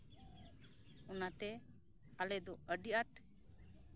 ᱚᱱᱟᱛᱮ ᱟᱞᱮ ᱫᱚ ᱟᱹᱰᱤ ᱟᱸᱴ